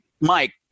Mike